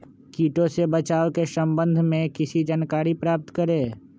किटो से बचाव के सम्वन्ध में किसी जानकारी प्राप्त करें?